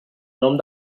nom